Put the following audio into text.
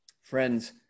Friends